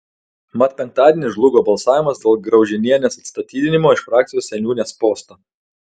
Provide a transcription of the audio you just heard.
mat penktadienį žlugo balsavimas dėl graužinienės atstatydinimo iš frakcijos seniūnės posto